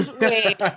Wait